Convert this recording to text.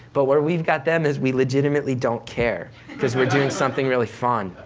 but where we've got them is we legitimately don't care cause we're doing something really fun,